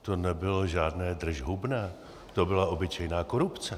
To nebylo žádné držhubné, to byla obyčejná korupce.